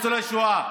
לניצולי שואה.